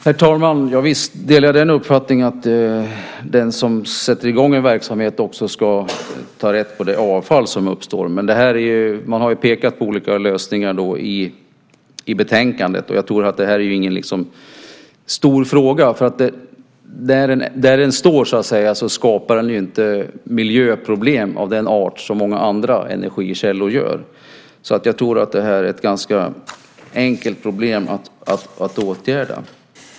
Herr talman! Ja, visst delar jag uppfattningen att den som sätter i gång en verksamhet också ska ta rätt på det avfall som uppstår. Man har ju pekat på olika lösningar i betänkandet, och jag tror inte att det är en stor fråga. Där vindkraftverket står skapar det ju så att säga inte miljöproblem av den art som många andra energikällor gör. Jag tror att det här är ett ganska enkelt problem att åtgärda.